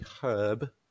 herb